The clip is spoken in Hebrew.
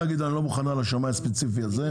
לטעון שהיא לא מוכנה לשמאי הספציפי הזה.